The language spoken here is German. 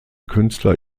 künstler